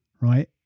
right